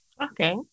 Okay